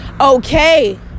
okay